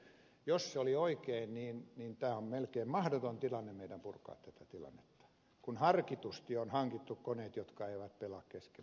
jos se oli oikein niin tämä on melkein mahdoton tilanne meidän purkaa kun harkitusti on hankittu koneet jotka eivät pelaa keskenään